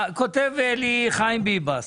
כותב לי חיים ביבס: